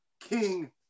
King